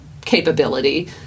capability